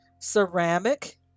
ceramic